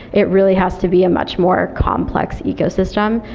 it really has to be a much more complex ecosystem.